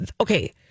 okay